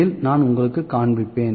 இல் நான் உங்களுக்குக் காண்பிப்பேன்